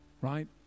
right